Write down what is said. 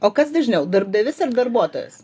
o kas dažniau darbdavys ir darbuotojas